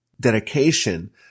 dedication